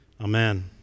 Amen